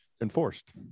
enforced